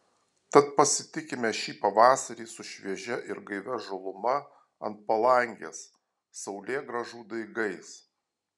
tad pasitikime šį pavasarį su šviežia ir gaivia žaluma ant palangės saulėgrąžų daigais